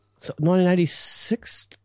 1986